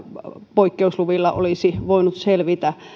poikkeusluvilla olisi voinut selvitä